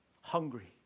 hungry